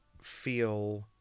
feel